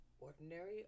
Ordinary